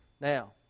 Now